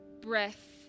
breath